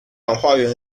花园